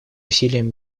усилиям